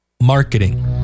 Marketing